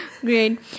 Great